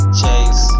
chase